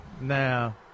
Now